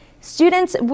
Students